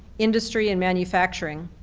industry and manufacturing,